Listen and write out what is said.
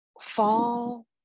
fall